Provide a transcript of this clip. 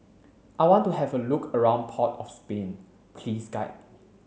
I want to have a look around Port of Spain Please guide me